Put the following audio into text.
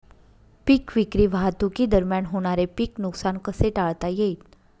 पीक विक्री वाहतुकीदरम्यान होणारे पीक नुकसान कसे टाळता येईल?